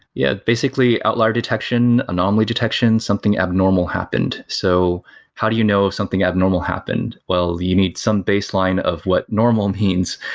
yeah. basically, outlier detection, anomaly detection, something abnormal happened. so how do you know if something abnormal happened? well you need some baseline of what normal means,